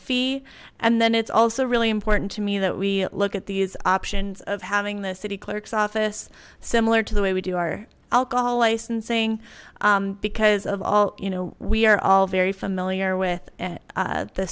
fee and then it's also really important to me that we look at these options of having the city clerk's office similar to the way we do our alcohol licensing because of all you know we are all very familiar with